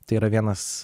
tai yra vienas